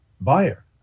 buyer